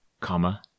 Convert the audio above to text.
comma